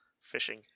fishing